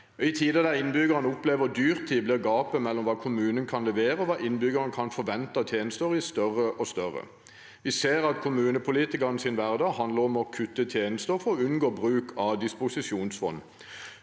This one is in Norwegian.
I tider der innbyggerne opplever dyrtid, blir gapet mellom hva kommunen kan levere, og hva innbyggerne forventer av tjenester, større og større. Vi ser at kommunepolitikernes hverdag handler om å kutte tjenester, for å unngå bruk av disposisjonsfond.